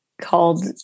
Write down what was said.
called